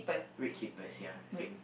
red slippers ya same